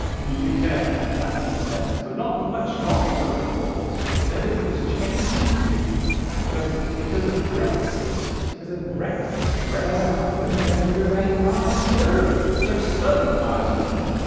the yeah uk if that makes sense but not for much longer of course because everything is changing soon because because of brexit because it brexit rather than ireland is going to remain part of europe so southern island